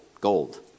Gold